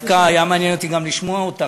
דווקא היה מעניין אותי גם לשמוע אותך,